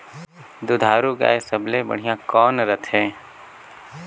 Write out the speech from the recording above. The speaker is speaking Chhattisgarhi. दुधारू गाय सबले बढ़िया कौन रथे?